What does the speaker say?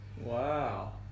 Wow